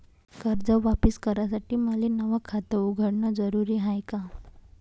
कर्ज वापिस करासाठी मले नव खात उघडन जरुरी हाय का?